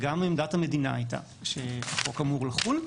וגם עמדת המדינה הייתה שהחוק אמור לחול.